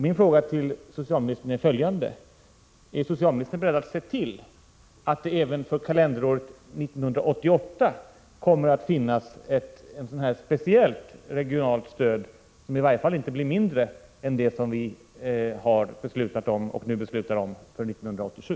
Min fråga till socialministern är följande: Är socialministern beredd att se till att det även för kalenderåret 1988 kommer att finnas ett speciellt regionalt stöd, som i varje fall inte skall vara mindre än det som vi har beslutat om för 1987?